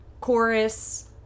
chorus